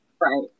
right